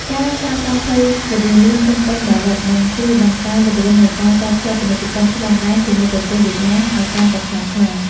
ការសាងសង់ផ្លូវល្បឿនលឿនភ្នំពេញ-បាវិត នឹងជួយបង្កើនល្បឿននៃការតភ្ជាប់ពាណិជ្ជកម្មឆ្លងដែនជាមួយប្រទេសវៀតណាមឱ្យកាន់តែខ្លាំងក្លា។